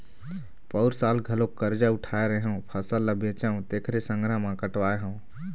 पउर साल घलोक करजा उठाय रेहेंव, फसल ल बेचेंव तेखरे संघरा म कटवाय हँव